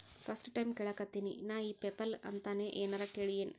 First time ಕೇಳಾಕತೇನಿ ನಾ ಇ ಪೆಪಲ್ ಅಂತ ನೇ ಏನರ ಕೇಳಿಯೇನ್?